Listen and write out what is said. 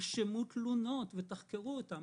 תרשמו תלונות ותחקרו אותן.